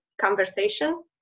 conversation